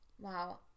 Wow